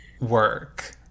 work